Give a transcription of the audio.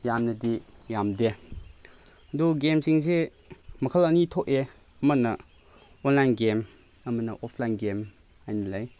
ꯌꯥꯝꯅꯗꯤ ꯌꯥꯝꯗꯦ ꯑꯗꯨ ꯒꯦꯝꯁꯤꯡꯁꯦ ꯃꯈꯜ ꯑꯅꯤ ꯊꯣꯛꯑꯦ ꯑꯃꯅ ꯑꯣꯟꯂꯥꯏꯟ ꯒꯦꯝ ꯑꯃꯅ ꯑꯣꯐꯂꯥꯏꯟ ꯒꯦꯝ ꯍꯥꯏꯅ ꯂꯩ